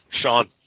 Sean